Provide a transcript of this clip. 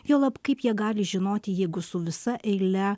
juolab kaip jie gali žinoti jeigu su visa eile